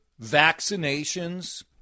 vaccinations